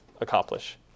accomplish